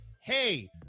hey